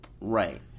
Right